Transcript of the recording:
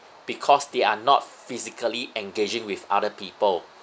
because they are not physically engaging with other people